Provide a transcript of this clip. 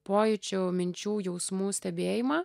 pojūčių minčių jausmų stebėjimą